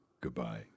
Goodbye